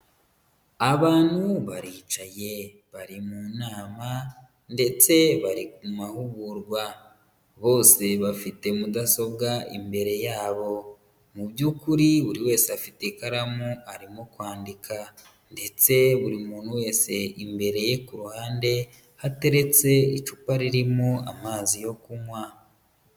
Aantu baricaye bari mu nama ndetse bari mu mahugurwa bose bafite mudasobwa imbere yabo, mu by'ukuri buri wese afite ikaramu arimo kwandika ndetse buri muntu wese imbere ye ku ruhande hateretse icupa ririmo amazi yo kunywa.